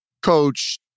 coach